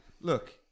Look